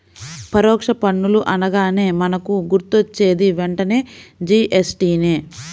పరోక్ష పన్నులు అనగానే మనకు గుర్తొచ్చేది వెంటనే జీ.ఎస్.టి నే